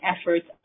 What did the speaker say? efforts